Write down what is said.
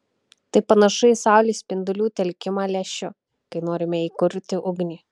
tai panašu į saulės spindulių telkimą lęšiu kai norime įkurti ugnį